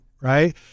right